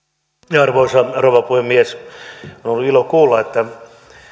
arvoisa rouva puhemies on ilo kuulla että